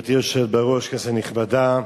גברתי היושבת בראש, כנסת נכבדה,